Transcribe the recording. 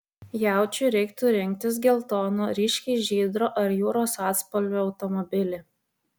jaučiui reiktų rinktis geltono ryškiai žydro ar jūros atspalvio automobilį